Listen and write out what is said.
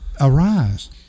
arise